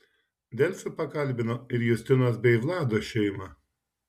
delfi pakalbino ir justinos bei vlado šeimą